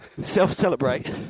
self-celebrate